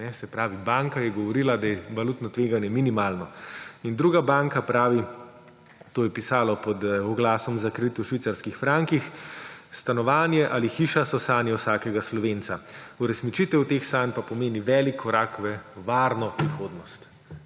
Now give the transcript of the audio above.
Se pravi, banka je govorila, da je valutno tveganje minimalno. In druga banka pravi – to je pisalo pod oglasom za kredit v švicarskih frankih –: »Stanovanje ali hiša so sanje vsakega Slovenca. Uresničitev teh sanj pa pomeni velik korak v varno prihodnost.«